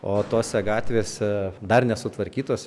o tose gatvėse dar nesutvarkytos